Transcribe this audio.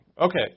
Okay